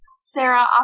Sarah